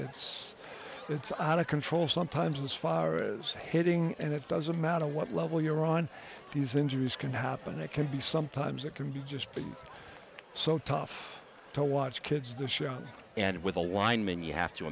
it's it's out of control sometimes as far as hitting and it doesn't matter what level you're on these injuries can happen it can be sometimes it can be just be so tough to watch kids the shot and with a lineman you have to